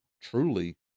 truly